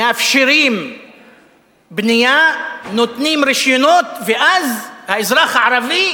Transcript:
מאפשרים בנייה, נותנים רשיונות, ואז האזרח הערבי